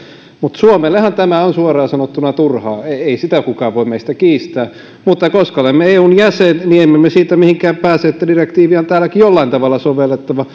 suomellehan tämä on suoraan sanottuna turhaa ei sitä kukaan meistä voi kiistää mutta koska olemme eun jäsen niin emme me siitä mihinkään pääse että direktiiviä on täälläkin jollain tavalla sovellettava